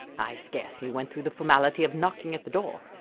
i scarcely went through the formality of knocking at the door.